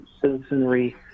citizenry